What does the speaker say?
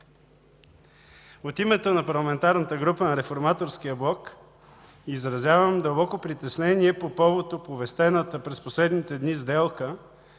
От името на Парламентарната група на Реформаторския блок изразявам дълбоко притеснение по повод оповестената през последните дни сделка,